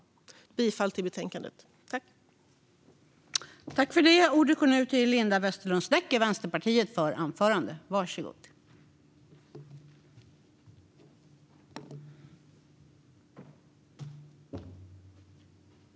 Jag yrkar bifall till utskottets förslag i betänkandet.